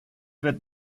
wird